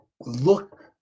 look